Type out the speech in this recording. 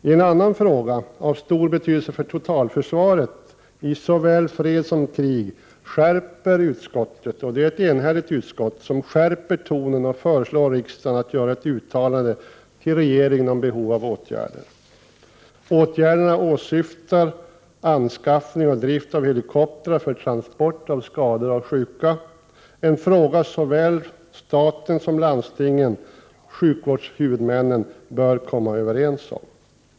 I en annan fråga av stor betydelse för totalförsvaret i såväl fred som krig skärper utskottet tonen och föreslår riksdagen att göra ett uttalande till regeringen om behovet av åtgärder. Åtgärderna åsyftar anskaffning och drift av helikoptrar för transport av skadade och sjuka, en fråga för såväl staten som landstingen — sjukvårdshuvudmännen — att komma överens om.